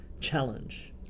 challenge